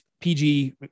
PG